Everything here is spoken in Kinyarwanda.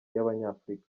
y’abanyafurika